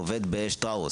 עובד בשטראוס.